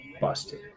busted